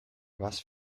was